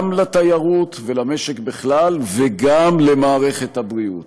לתיירות ולמשק בכלל וגם למערכת הבריאות.